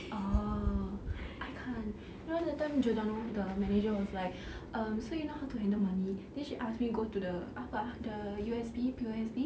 oh I can't you know that time giordano the manager was like um so you know how to handle money then she ask me to go to the apa the U_S_B P_O_S_B